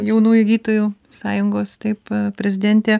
jaunųjų gydytojų sąjungos taip prezidentė